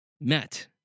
met